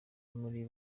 muri